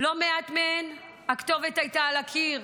בלא מעט מהן הכתובת הייתה על הקיר,